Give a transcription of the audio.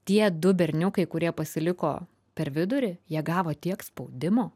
tie du berniukai kurie pasiliko per vidurį jie gavo tiek spaudimo